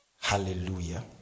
Hallelujah